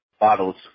bottles